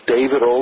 David